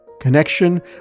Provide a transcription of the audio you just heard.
Connection